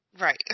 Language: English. Right